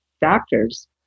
doctors